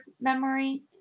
memory